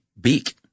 beak